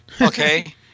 Okay